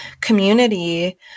community